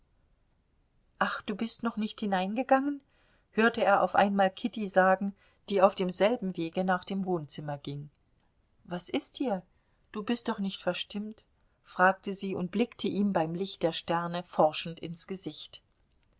ach du bist noch nicht hineingegangen hörte er auf einmal kitty sagen die auf demselben wege nach dem wohnzimmer ging was ist dir du bist doch nicht verstimmt fragte sie und blickte ihm beim licht der sterne forschend ins gesicht